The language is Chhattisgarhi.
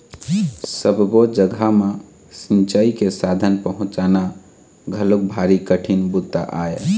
सब्बो जघा म सिंचई के साधन पहुंचाना घलोक भारी कठिन बूता आय